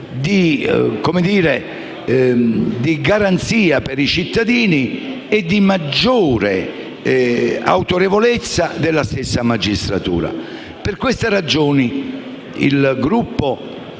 di garanzia per i cittadini e di maggiore autorevolezza della stessa magistratura. Per queste ragioni, il Gruppo